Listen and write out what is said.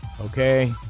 Okay